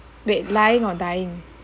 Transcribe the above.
wait lying or dying